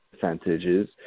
percentages